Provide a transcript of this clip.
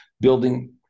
building